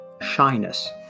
shyness